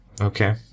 okay